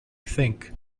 think